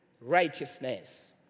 righteousness